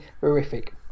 horrific